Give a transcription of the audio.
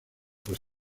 pues